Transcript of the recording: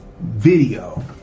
video